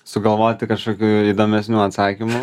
sugalvoti kažkokių įdomesnių atsakymų